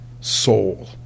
soul